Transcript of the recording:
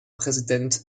präsident